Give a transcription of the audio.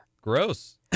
gross